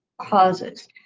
causes